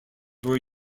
were